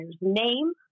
name